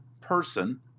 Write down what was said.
person